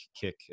kick